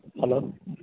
hello